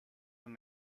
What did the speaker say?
een